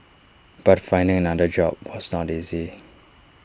but finding another job was not easy